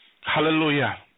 Hallelujah